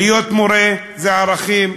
שלהיות מורה זה ערכים,